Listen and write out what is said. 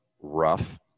rough